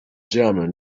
german